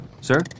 Sir